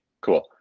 cool